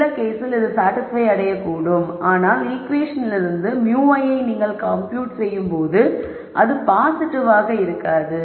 சில கேஸில் இது சாடிஸ்பய் அடையக்கூடும் ஆனால் ஈகுவேஷன்களிலிருந்து μ வை நீங்கள் கம்ப்யூட் செய்யும் போது அது பாசிட்டிவாக இருக்காது